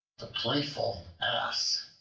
the playful ass